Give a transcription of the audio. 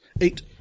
Eight